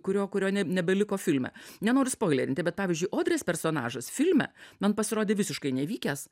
kurio kurio ne nebeliko filme nenoriu spoilinti bet pavyzdžiui odrės personažas filme man pasirodė visiškai nevykęs